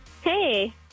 Hey